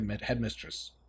Headmistress